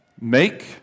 make